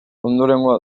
ondorengoa